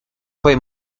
fue